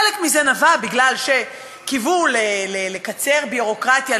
חלק מזה היה משום שקיוו לקצר ביורוקרטיה,